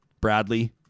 Bradley